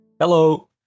Hello